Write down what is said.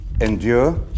endure